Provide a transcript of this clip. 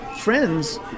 friends